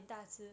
ya